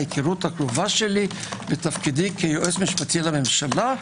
ההיכרות הקרובה שלי בתפקידי כיועץ משפטי לממשלה,